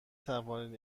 توانید